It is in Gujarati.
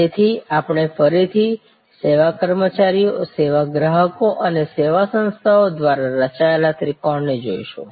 તેથી આપણે ફરીથી સેવા કર્મચારીઓ સેવા ગ્રાહકો અને સેવા સંસ્થાઓ દ્વારા રચાયેલ ત્રિકોણને જોઈશું